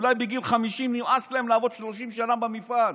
אולי בגיל 50 נמאס להם לעבוד 30 שנה במפעל,